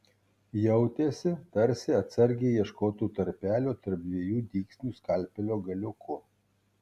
jautėsi tarsi atsargiai ieškotų tarpelio tarp dviejų dygsnių skalpelio galiuku